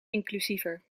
inclusiever